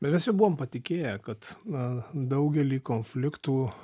bet mes jau buvom patikėję kad daugelį konfliktų